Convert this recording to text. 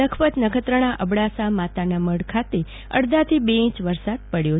લખપત નખત્રાણા અબડાસા માતાના મધ ખાતે અડધાથી બે ઇંચ વરસાદ પડ્યો હતો